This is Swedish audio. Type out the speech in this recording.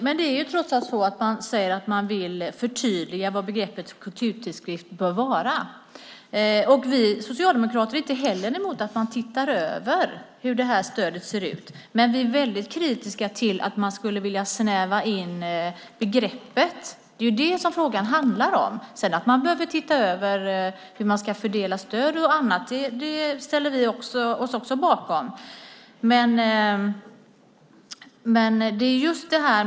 Herr talman! Man säger att man vill förtydliga vad begreppet kulturtidskrift bör innebära. Vi socialdemokrater är inte emot att man tittar över hur stödet ser ut, men vi är kritiska till att man vill snäva in begreppet. Det är det som frågan handlar om. Att man behöver titta över hur man ska fördela stöd ställer vi oss bakom.